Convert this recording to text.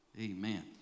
Amen